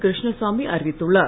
கிருஷ்ணசாமி அறிவித்துள்ளார்